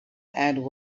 and